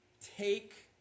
take